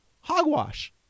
Hogwash